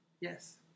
Yes